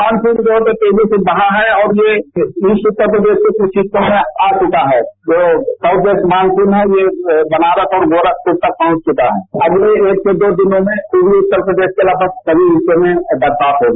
monsoon बहुत तेजी से बढ़ा है और यह ईस्ट उत्तर प्रदेश के कुछ हिस्सों में आ चुका है जो साउथ वेस्ट मानसून है यह बनारस और गोरखपुर तक पहुंच चुका है अगले एक दो दिनों में पूर्वी उत्तर प्रदेश के लगभग सभी हिस्सों में बरसात होगी